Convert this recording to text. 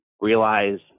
realize